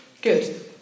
good